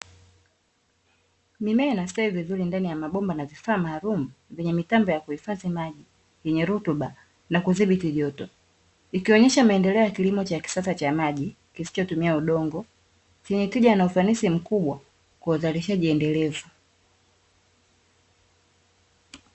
Mimea inastawi vizuri ndani ya mabomba ya kifaa maalumu yenye mitambo ya kuhifadhi maji yenye rutuba na kudhibiti joto ikionyesha maendeleo ya kilimo cha kisasa cha maji, kisichotumia udongo chenye kuja na ufanisi mkubwa kwa uzalishaji endelevu.